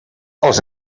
els